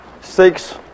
six